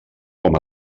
com